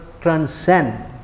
transcend